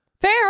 Fair